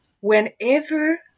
Whenever